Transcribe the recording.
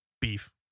Beef